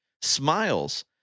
Smiles